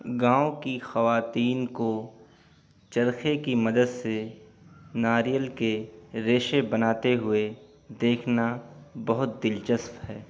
گاؤں کی خواتین کو چرخے کی مدد سے ناریل کے ریشے بناتے ہوئے دیکھنا بہت دلچسپ ہے